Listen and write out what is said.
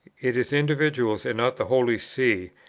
it is individuals, and not the holy see,